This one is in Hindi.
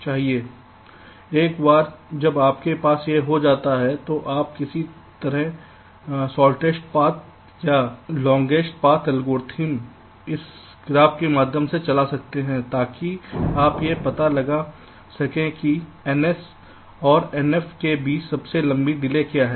अब एक बार जब आपके पास यह हो जाता है तो आप किसी तरह का शॉर्टेस्ट पाथ या लांगेस्ट पाथ एल्गोरिदम इस ग्राफ के माध्यम से चला सकते हैं ताकि आप यह पता लगा सकें कि Ns और Nf के बीच सबसे लंबी डिले क्या है